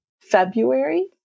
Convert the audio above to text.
February